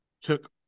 took